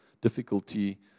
difficulty